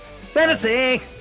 Fantasy